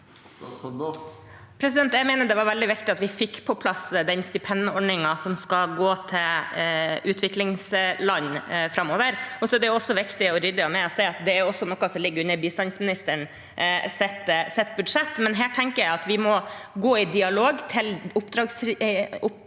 Jeg mener det var veldig viktig at vi fikk på plass den stipendordningen som skal gå til utviklingsland framover. Det er også viktig og ryddig av meg å si at dette er noe som ligger under bistandsministerens budsjett. Her tenker jeg at vi må gå i dialog med oppdragsgiverne